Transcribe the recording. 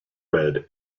read